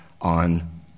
on